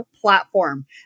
platform